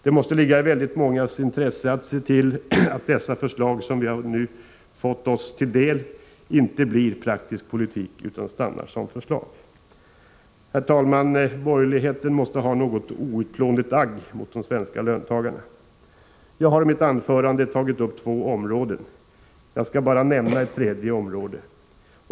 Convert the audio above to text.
Det måste ligga i väldigt mångas intresse att se till att dessa förslag som vi nu har fått oss till del inte blir praktisk politik utan stannar som förslag. Herr talman! Borgerligheten måste hysa något outplånligt agg mot de svenska löntagarna. Jag har i mitt anförande tagit upp två områden, och jag skall bara nämna ett tredje område.